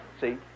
See